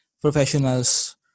professionals